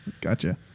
Gotcha